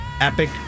epic